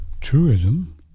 truism